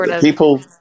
people